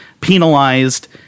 penalized